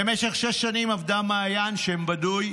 "במשך שש שנים עבדה מעיין, שם בדוי,